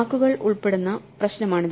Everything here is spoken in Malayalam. വാക്കുകൾ ഉൾപ്പെടുന്ന പ്രശ്നമാണിത്